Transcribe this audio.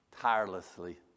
tirelessly